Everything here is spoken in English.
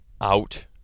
out